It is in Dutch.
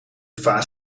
vaas